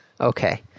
okay